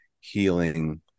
healing